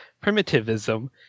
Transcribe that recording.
primitivism